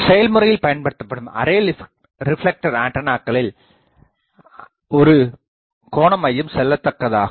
செயல்முறையில் பயன்படுத்தபடும் array reflector ஆண்டனாகளில் ஒரு கோண மையம் செல்லத்தக்கதாகும்